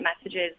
messages